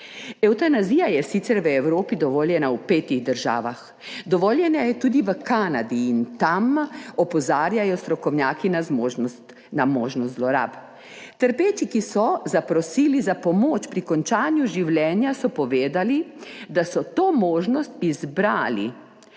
Evtanazija je sicer v Evropi dovoljena v petih državah, dovoljena je tudi v Kanadi, in tam opozarjajo strokovnjaki na možnost zlorab; trpeči, ki so zaprosili za pomoč pri končanju življenja, so povedali, da so to možnost izbrali